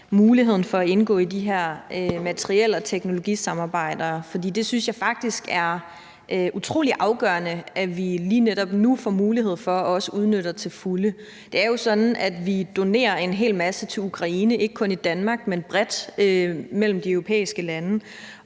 muligheden for at indgå i de her materiel- og teknologisamarbejder, fordi jeg faktisk synes, det er utrolig afgørende, at vi lige netop nu får mulighed for det og også udnytter dem til fulde. Det er jo sådan, at vi donerer en hel masse til Ukraine – ikke kun fra Danmarks side, men bredt mellem de europæiske lande